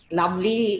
lovely